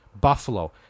Buffalo